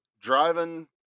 driving